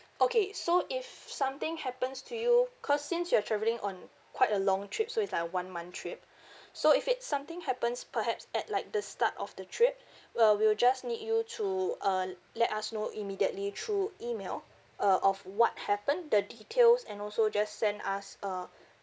okay so if something happens to you because since you're travelling on quite a long trip so is like one month trip so if it's something happens perhaps at like the start of the trip uh we'll just need you to uh let us know immediately through email uh of what happen the details and also just send us uh